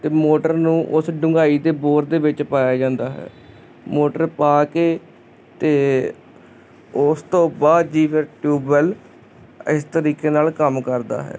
ਤੇ ਮੋਟਰ ਨੂੰ ਉਸ ਢੂੰਘਾਈ ਤੇ ਬੋਰ ਦੇ ਵਿੱਚ ਪਾਇਆ ਜਾਂਦਾ ਹੈ ਮੋਟਰ ਪਾ ਕੇ ਤੇ ਓਸ ਤੋਂ ਬਾਦ ਜੀ ਫੇਰ ਟਿਊਬਵੈਲ ਇਸ ਤਰੀਕੇ ਨਾਲ ਕੰਮ ਕਰਦਾ ਹੈ